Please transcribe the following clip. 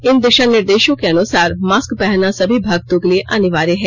इन दिशानिर्देशों के अनुसार मास्क पहनना सभी भर्क्तो के लिए अनिवार्य है